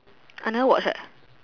I never watch leh